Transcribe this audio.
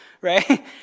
right